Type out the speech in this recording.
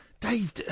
Dave